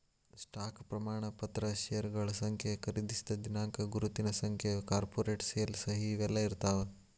stock ಪ್ರಮಾಣ ಪತ್ರ ಷೇರಗಳ ಸಂಖ್ಯೆ ಖರೇದಿಸಿದ ದಿನಾಂಕ ಗುರುತಿನ ಸಂಖ್ಯೆ ಕಾರ್ಪೊರೇಟ್ ಸೇಲ್ ಸಹಿ ಇವೆಲ್ಲಾ ಇರ್ತಾವ